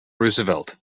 roosevelt